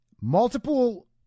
Multiple